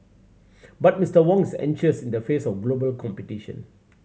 but Mister Wong's anxious in the face of global competition